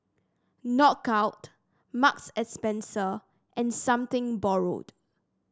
Knockout Marks and Spencer and Something Borrowed